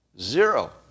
Zero